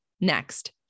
next